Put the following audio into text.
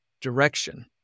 Direction